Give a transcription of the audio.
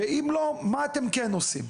ואם לא, מה אתם עושים?